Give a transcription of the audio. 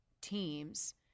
teams